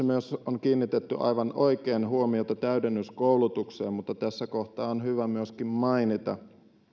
myös kiinnitetty aivan oikein huomiota täydennyskoulutukseen mutta tässä kohtaa on hyvä myöskin mainita